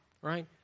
right